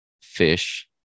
fish